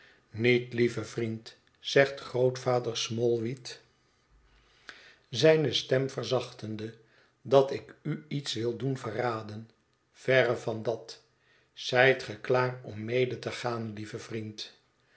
niet lieve vriend zegt grootvader smallweed zijne stem verzachtende dat ik u iets wil doen verraden verre van daar zijt ge klaar om mede te gaan lieve vriend